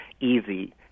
easy